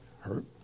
hurt